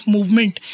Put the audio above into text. Movement